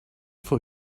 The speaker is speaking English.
for